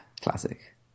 classic